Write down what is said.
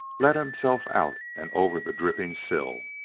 let himself out and over the dripping sill.